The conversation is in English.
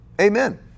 Amen